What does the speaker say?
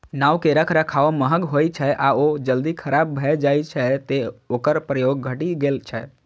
नाव के रखरखाव महग होइ छै आ ओ जल्दी खराब भए जाइ छै, तें ओकर प्रयोग घटि गेल छै